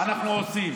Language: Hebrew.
ועושים